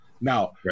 now